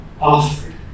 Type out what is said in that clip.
offered